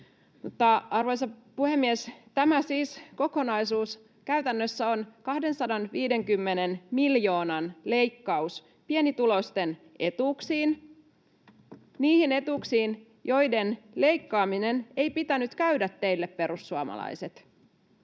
Arvoisa puhemies! Tämä kokonaisuus siis käytännössä on 250 miljoonan leikkaus pienituloisten etuuksiin, niihin etuuksiin, joiden leikkaamisen ei pitänyt käydä teille, perussuomalaiset.